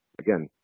again